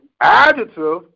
adjective